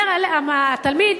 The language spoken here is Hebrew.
אומר התלמיד: